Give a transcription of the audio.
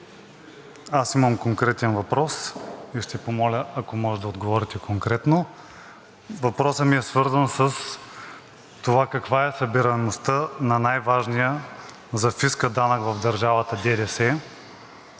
имам конкретен въпрос и ще помоля, ако може, да отговорите конкретно. Въпросът ми е свързан с това каква е събираемостта на най-важния за фиска данък в държавата – ДДС,